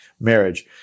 marriage